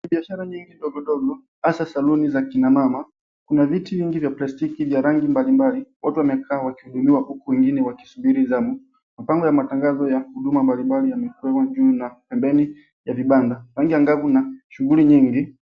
Biashara nyingi ndogo ndogo hasa saluni za kina mama, kuna viti vingi vya plastiki vya rangi mbalimbali watu wamekaa wakihudumiwa huku wengine wakisubiri zamu. Mabango ya matangazo ya huduma mbalimbali yamewekwa juu na pembeni ya vibanda, rangi angavu na shughuli nyingi.